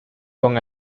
con